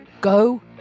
go